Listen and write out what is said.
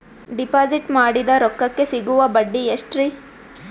Deposit ಮಾಡಿದ ರೊಕ್ಕಕೆ ಸಿಗುವ ಬಡ್ಡಿ ಎಷ್ಟ್ರೀ?